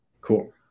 Cool